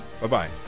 Bye-bye